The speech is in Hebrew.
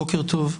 בוקר טוב.